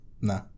No